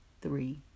three